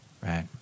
right